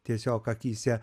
tiesiog akyse